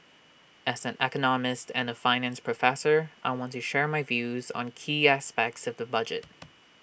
as an economist and A finance professor I want to share my views on key aspects of the budget